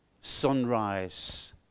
Sunrise